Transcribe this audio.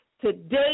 today